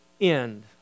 end